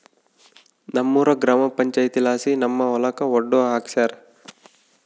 ನಮ್ಮೂರ ಗ್ರಾಮ ಪಂಚಾಯಿತಿಲಾಸಿ ನಮ್ಮ ಹೊಲಕ ಒಡ್ಡು ಹಾಕ್ಸ್ಯಾರ